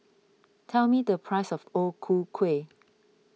tell me the price of O Ku Kueh